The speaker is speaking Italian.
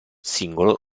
singolo